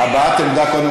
עד שתהיה רכבת אפשר לטייל.